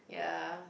ya